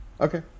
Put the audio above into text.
okay